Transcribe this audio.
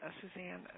Suzanne